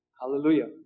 Hallelujah